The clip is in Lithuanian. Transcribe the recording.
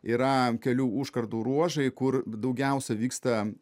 yra kelių užkardų ruožai kur daugiausia vyksta